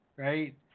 Right